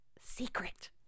secret